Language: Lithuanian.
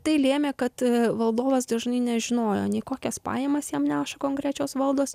tai lėmė kad valdovas dažnai nežinojo nei kokias pajamas jam neša konkrečios valdos